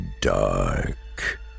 dark